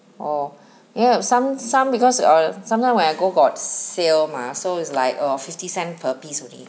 orh you know some some because err some more when I go got sale mah so is like oh fifty cent per piece only